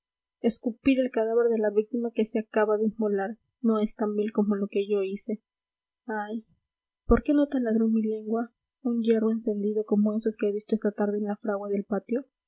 escupir el cadáver de la víctima que se acaba de inmolar no es tan vil como lo que yo hice ay por qué no taladró mi lengua un hierro encendido como esos que he visto esta tarde en la fragua del patio